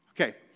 Okay